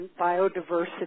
biodiversity